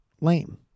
lame